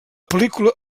pel·lícula